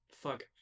Fuck